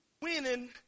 winning